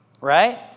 right